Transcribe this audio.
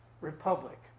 republic